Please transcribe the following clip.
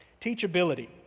Teachability